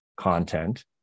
content